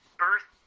birth